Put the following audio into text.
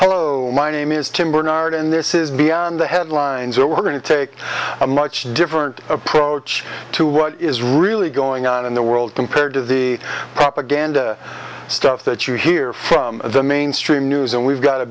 hello my name is tim barnard and this is beyond the headlines we're going to take a much different approach to what is really going on in the world compared to the propaganda stuff that you hear from the mainstream news and we've got a